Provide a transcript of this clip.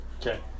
Okay